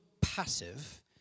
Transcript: passive